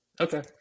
Okay